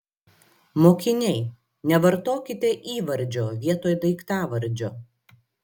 mokiniai nevartokite įvardžio vietoj daiktavardžio